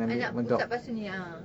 anak ustaz ah